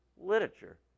literature